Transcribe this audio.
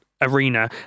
arena